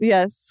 Yes